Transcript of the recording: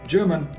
German